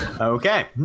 Okay